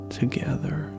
together